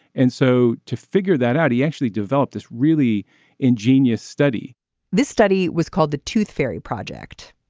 and so to figure that out he actually developed this really ingenious study this study was called the tooth fairy project.